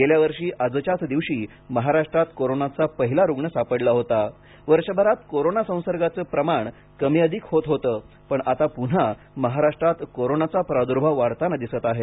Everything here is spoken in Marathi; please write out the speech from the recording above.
गेल्या वर्षी आजच्याच दिवशी महाराष्ट्रात कोरोंनाचा पहिला रुग्ण सापडला होता वर्षभरात कोरोना संसर्गाचं प्रमाण कमी अधिक होत होतं पण आता पुन्हा महाराष्ट्रात कोरोनाचा प्रादुर्भाव वाढताना दिसत आहे